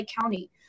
County